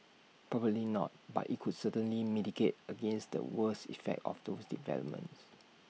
probably not but IT could certainly mitigate against the worst effects of those developments